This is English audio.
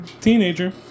teenager